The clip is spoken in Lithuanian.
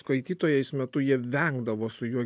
skaitytojais metu jie vengdavo su juo